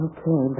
Okay